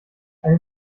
eine